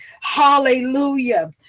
Hallelujah